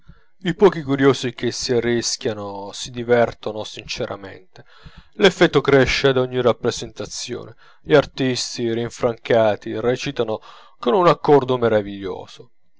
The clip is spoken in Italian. i pochi curiosi che si arrischiano si divertono sinceramente l'effetto cresce ad ogni rappresentazione gli artisti rinfrancati recitano con un accordo maraviglioso